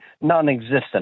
non-existent